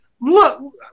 Look